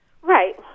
Right